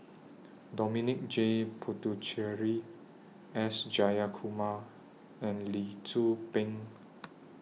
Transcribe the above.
Dominic J Puthucheary S Jayakumar and Lee Tzu Pheng